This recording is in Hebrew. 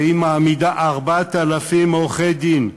והיא מעמידה 4,000 עורכי-דין חינם,